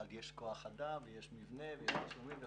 אבל יש כוח אדם, יש מבנה, תשלומים וכו'.